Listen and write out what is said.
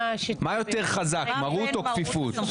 מה יותר חזק מרות או כפיפות?